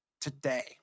today